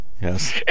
Yes